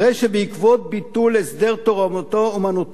הרי שבעקבות ביטול הסדר תורתו-אומנותו,